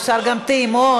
אפשר גם עם טעימות.